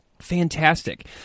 Fantastic